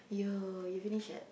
!aiyo! you finish at